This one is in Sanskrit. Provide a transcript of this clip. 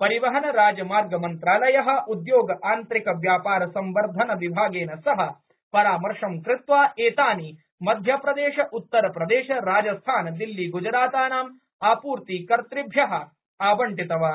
परिवहन राजमार्गमंत्रालयः उद्योग आंतरिक व्यापार संवर्धन विभागेन सह परामर्श कृत्वा एतानि मध्य प्रदेश उत्तर प्रदेश राजस्थान दिल्ली ग्जरातानाम् आपूर्तिकर्तृभ्यः आबण्टितानि